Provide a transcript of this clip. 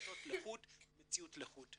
החלטות לחוד ומציאות לחוד.